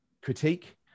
critique